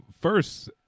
first